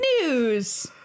news